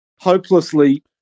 hopelessly